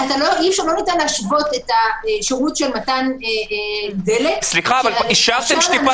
ניתן להשוות את השירות של מתן דלק- - אישרתם שטיפת